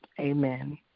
Amen